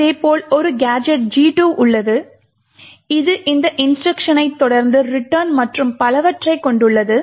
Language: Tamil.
இதேபோல் ஒரு கேஜெட் G2 உள்ளது இது இந்த இன்ஸ்ட்ருக்ஷனைத் தொடர்ந்து return மற்றும் பலவற்றைக் கொண்டுள்ளது